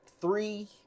Three